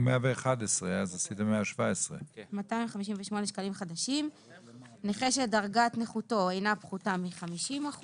במקום 111 עשיתם 117. נכה שדרגת נכותו אינה פחותה מ-50%;